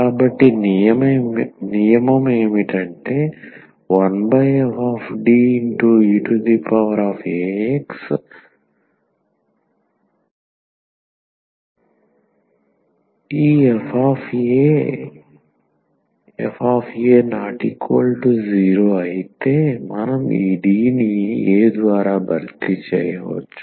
కాబట్టి నియమం ఏమిటంటే 1fDeax ఈ f fa0 అయితే మనం ఈ D ని a ద్వారా భర్తీ చేయవచ్చు